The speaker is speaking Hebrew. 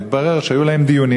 ומתברר שהיו להם דיונים.